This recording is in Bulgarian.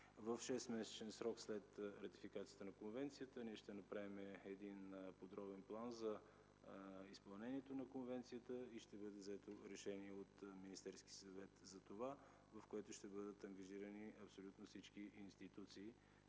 В 6-месечен срок след ратификацията на конвенцията ние ще направим подробен план за изпълнението на конвенцията и ще бъде взето решение от Министерския съвет за това, в което ще бъдат ангажирани абсолютно всички институции